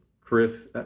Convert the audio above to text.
Chris